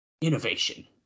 Innovation